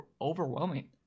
overwhelming